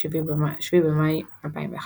7 במאי 2011